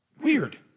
Weird